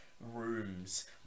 rooms